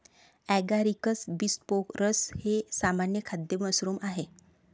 Agaricus बिस्पोरस एक सामान्य खाद्य मशरूम आहे